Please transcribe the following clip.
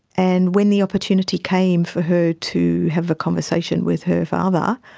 and when the opportunity came for her to have a conversation with her father,